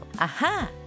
Aha